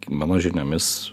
mano žiniomis